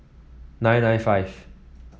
nine nine five